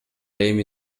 эми